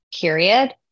Period